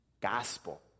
gospel